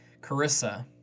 Carissa